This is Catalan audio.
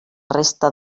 resta